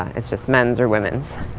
it's just men's or women's.